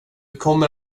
kommer